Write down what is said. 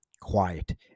quiet